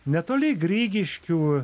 netoli grigiškių